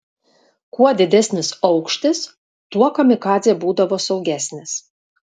kuo didesnis aukštis tuo kamikadzė būdavo saugesnis